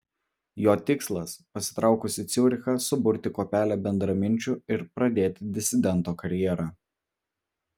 jo tikslas pasitraukus į ciurichą suburti kuopelę bendraminčių ir pradėti disidento karjerą